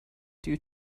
due